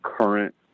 current